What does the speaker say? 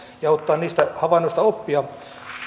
ja ottaa niistä havainnoista oppia